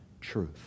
truth